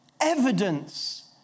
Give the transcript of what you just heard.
evidence